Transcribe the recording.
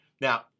Now